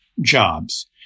jobs